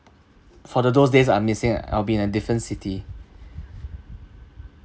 for the those days I missing I'll be in a different city